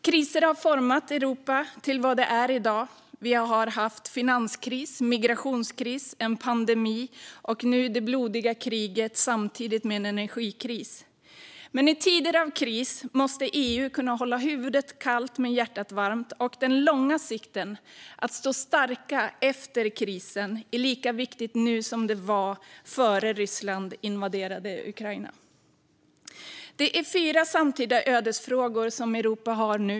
Kriser har format Europa till vad det är i dag. Vi har haft finanskris, migrationskris och pandemi och har nu ett blodigt krig samtidigt som vi har en energikris. I tider av kris måste EU kunna hålla huvudet kallt men hjärtat varmt. Det långsiktiga - att stå starkt efter krisen - är lika viktigt nu som det var innan Ryssland invaderade Ukraina. Europa har nu fyra samtida ödesfrågor.